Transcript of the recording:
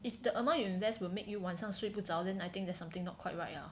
if the amount you invest will make you 晚上睡不着 then I think there's something not quite right lah